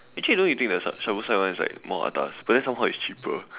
actually don't need to take Somerset one it's more atas but then somehow it's cheaper